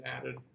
added